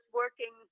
working